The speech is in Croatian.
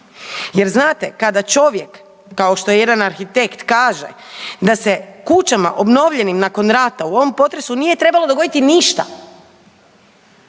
Jer znate kada čovjek kao što je jedan arhitekt kaže da se kućama obnovljenim nakon rata u ovom potresu nije trebalo dogoditi ništa,